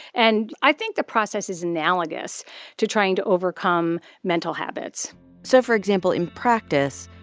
and i think the process is analogous to trying to overcome mental habits so for example, in practice,